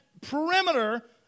perimeter